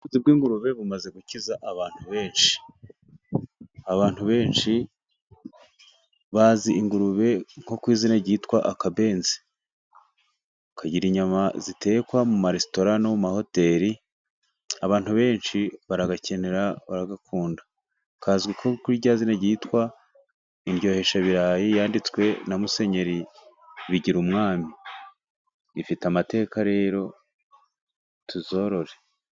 Ubworozi bw'ingurube bumaze gukiza abantu benshi, abantu benshi bazi ingurube nko ku izina ryitwa akabenzi, kagira inyama zitekwa mu maresitora no mu mahoteli, abantu benshi baragakenera baragakunda kazwi nko kuri rya zina ryitwa indyoheshabirayi, yanditswe na Musenyeri Bigirumwami ifite amateka rero tuzorore.